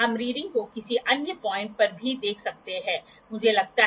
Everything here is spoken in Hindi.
तो आप देखते हैं कि अलग अलग मापों के लिए आपको क्या अंतर मिलता है